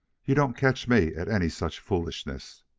you don't catch me at any such foolishness.